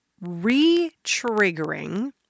re-triggering